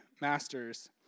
masters